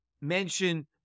mention